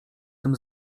tym